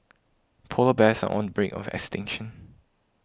Polar Bears are on brink of extinction